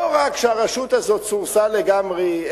לא רק שהרשות הזאת סורסה לגמרי,